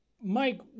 Mike